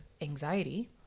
anxiety